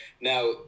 now